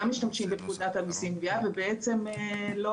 גם משתמשים בפקודת המיסים (גבייה) ובעצם לא